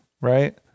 right